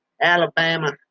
Alabama